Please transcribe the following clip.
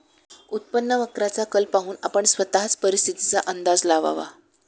उत्पन्न वक्राचा कल पाहून आपण स्वतःच परिस्थितीचा अंदाज लावावा